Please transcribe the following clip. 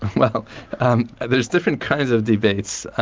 well there's different kinds of debates.